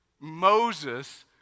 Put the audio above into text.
Moses